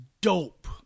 dope